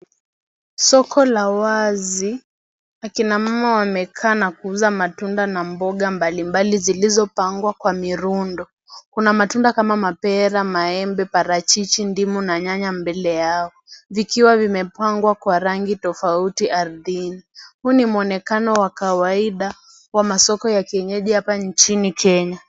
Soko la wazi. Akina mama wamekaa na kuuza matunda na mboga mbalimbali zilizopangwa kwa mirundo. Kuna matunda kama mapera, maembe, parachichi, ndimu na nyanya mbele yao vikiwa vimepangwa kwa rangi tofauti ardhini. Huu ni muonekano wa kawaida kwa masoko ya kienyeji hapa nchini Kenya